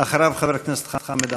אחריו, חבר הכנסת חמד עמאר.